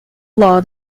law